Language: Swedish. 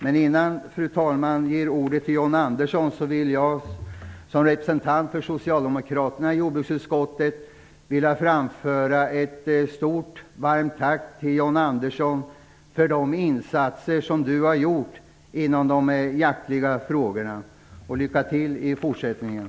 Innan fru talmannen ger ordet till John Andersson, vill jag som representant för socialdemokraterna i jordbruksutskottet framföra ett stort, varmt tack till John Andersson för de insatser som han har gjort i jaktfrågorna. Lycka till i fortsättningen!